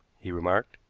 he remarked.